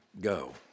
Go